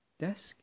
desk